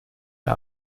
der